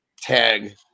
tag